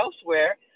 elsewhere